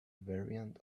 variant